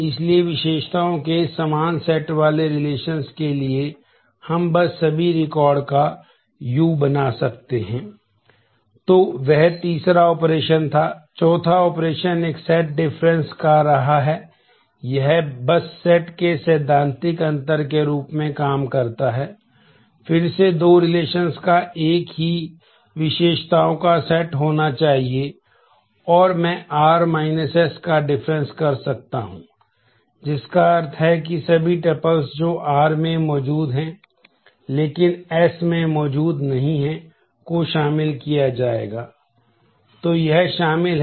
तो वह तीसरा ऑपरेशन में शामिल है